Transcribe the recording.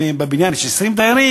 אם בבניין יש 20 דיירים,